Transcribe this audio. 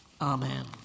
Amen